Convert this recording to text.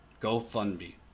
GoFundMe